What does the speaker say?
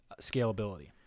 scalability